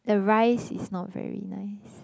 the rice is not very nice